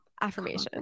Affirmation